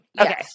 Okay